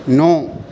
نو